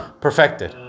perfected